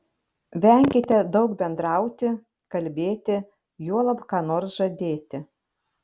venkite daug bendrauti kalbėti juolab ką nors žadėti